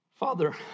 Father